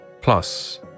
Plus